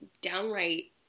downright